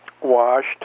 washed